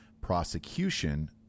prosecution